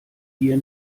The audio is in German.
dir